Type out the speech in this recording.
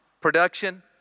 Production